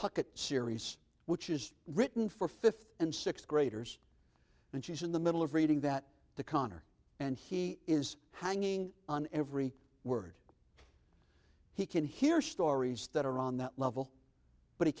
a series which is written for fifth and sixth graders and she's in the middle of reading that the conner and he is hanging on every word he can hear stories that are on that level but he